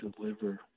deliver